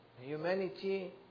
humanity